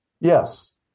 Yes